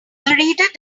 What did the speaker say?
reader